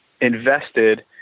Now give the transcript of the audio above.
invested